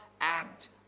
act